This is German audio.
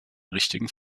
richtigen